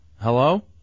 Hello